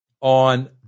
on